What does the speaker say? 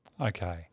Okay